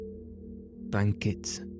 Blankets